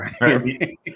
Right